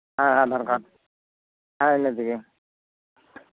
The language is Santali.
ᱦᱮᱸ ᱦᱮᱸ ᱟᱫᱷᱟᱨ ᱠᱟᱨᱰ ᱦᱮᱸ ᱤᱱᱟᱹ ᱛᱮᱜᱮ